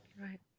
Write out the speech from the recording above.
Right